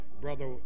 Brother